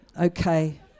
Okay